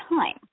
time